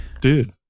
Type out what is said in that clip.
dude